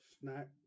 Snack